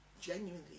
genuinely